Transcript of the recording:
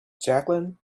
jacqueline